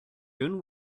moon